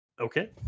Okay